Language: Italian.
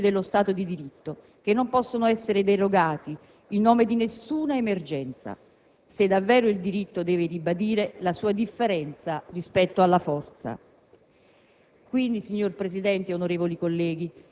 l'educazione alla legalità e ai princìpi dello Stato di diritto, che non possono essere derogati in nome di nessuna emergenza, se davvero il diritto deve ribadire la sua differenza rispetto alla forza.